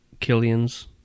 Killians